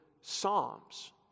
psalms